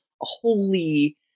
holy